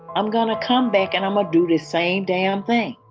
i'm gonna come back and i'ma do the same damn thing.